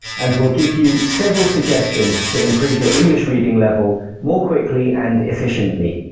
and we'll give you several suggestions to improve your english reading level more quickly and efficiently.